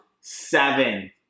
Seven